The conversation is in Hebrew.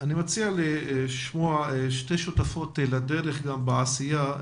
אני מציע לשמוע שתי שותפות לדרך בעשייה,